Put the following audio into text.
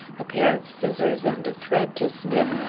a pair of scissors and a thread to snip,